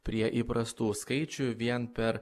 prie įprastų skaičių vien per